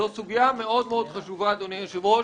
זו סוגיה מאוד-מאוד חשובה, אדוני היושב-ראש